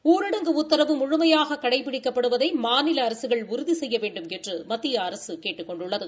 ஊரடங்கு உத்தரவு முழுமையாக கடைபிடிக்கப்படுவதை மாநில அரசுகள் உறுதி செய்ய வேண்டுமென்று மத்திய அரசு கேட்டுக் கொண்டுள்ளது